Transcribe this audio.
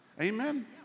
Amen